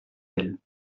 elle